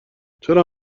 چرا